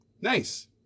Nice